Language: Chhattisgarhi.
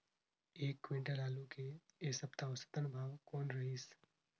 एक क्विंटल आलू के ऐ सप्ता औसतन भाव कौन रहिस?